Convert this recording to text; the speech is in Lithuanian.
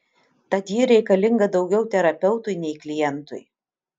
tad ji reikalinga daugiau terapeutui nei klientui